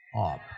up